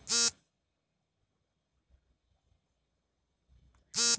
ನಾನು ಎನ್.ಬಿ.ಎಫ್.ಸಿ ಮೂಲಕ ಸಾಲ ಪಡೆಯಲು ಸಿಬಿಲ್ ಸ್ಕೋರ್ ಅವಶ್ಯವೇ?